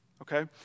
Okay